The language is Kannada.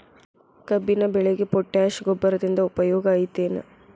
ಕಬ್ಬಿನ ಬೆಳೆಗೆ ಪೋಟ್ಯಾಶ ಗೊಬ್ಬರದಿಂದ ಉಪಯೋಗ ಐತಿ ಏನ್?